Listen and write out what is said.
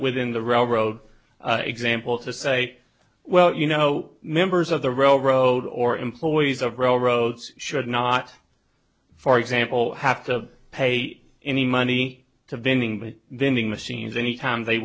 within the railroad example to say well you know members of the railroad or employees of railroads should not for example have to pay any money to vending but then the machines any time they